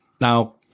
Now